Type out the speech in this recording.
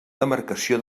demarcació